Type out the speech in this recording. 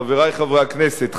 חברי חברי הכנסת,